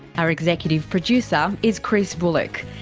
our executive producer is chris bullock,